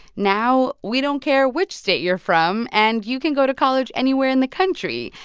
now we don't care which state you're from. and you can go to college anywhere in the country.